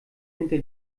hinter